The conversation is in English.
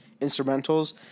instrumentals